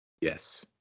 Yes